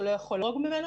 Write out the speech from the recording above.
הוא לא יכול לחרוג ממנה,